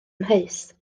amheus